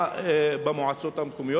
פגיעה במועצות המקומיות.